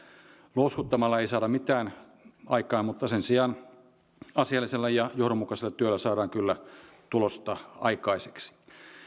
louskuttamalla ei saada mitään aikaan mutta sen sijaan asiallisella ja johdonmukaisella työllä saadaan kyllä tulosta aikaiseksi